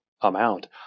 amount